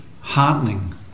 heartening